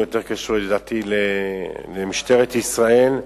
הוא יותר קשור לדעתי למשטרת ישראל,